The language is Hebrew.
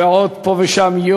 ועוד יום פה ושם,